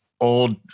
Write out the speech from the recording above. old